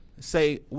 say